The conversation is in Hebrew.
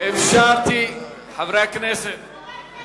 זה שוביניזם, מה שעכשיו אתה אמרת.